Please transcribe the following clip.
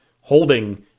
holding